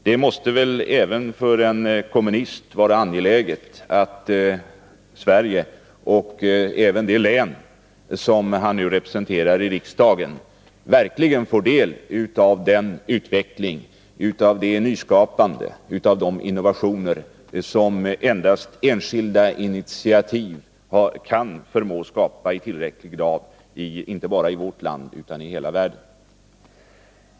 Det måste väl även för en kommunist vara angeläget att Sverige och det län som han representerar i riksdagen verkligen får del av den utveckling, av det nyskapande, av de innovationer som endast enskilda initiativ förmår skapa i tillräcklig grad; det gäller inte bara i vårt land utan i hela världen.